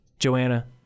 Joanna